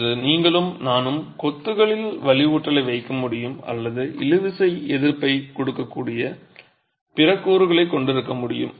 இன்று நீங்களும் நானும் கொத்துகளில் வலுவூட்டலை வைக்க முடியும் அல்லது இழுவிசை எதிர்ப்பைக் கொடுக்கக்கூடிய பிற கூறுகளைக் கொண்டிருக்க முடியும்